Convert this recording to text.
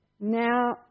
Now